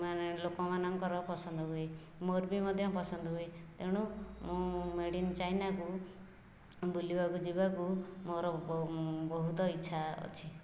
ମାନେ ଲୋକମାନଙ୍କର ପସନ୍ଦ ହୁଏ ମୋର ବି ମଧ୍ୟ ପସନ୍ଦ ହୁଏ ତେଣୁ ମେଡ଼୍ ଇନ୍ ଚାଇନାକୁ ବୁଲିବାକୁ ଯିବାକୁ ମୋର ବହୁତ ଇଚ୍ଛା ଅଛି